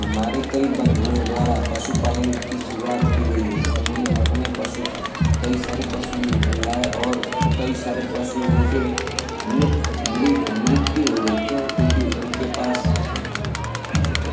हमारे कई बन्धुओं द्वारा पशु पालन की शुरुआत की गई है तो उन्होंने अपने पशु कई सारे पशु लाए और कई सारे पशु उनके मृत मृग मृत्यु हो गई क्यों क्योंकि उनके पास अरे कई